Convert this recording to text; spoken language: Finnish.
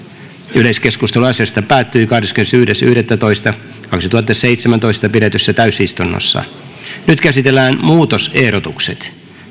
yleiskeskustelu asiasta päättyi kahdeskymmenesensimmäinen yhdettätoista kaksituhattaseitsemäntoista pidetyssä täysistunnossa nyt käsitellään muutosehdotukset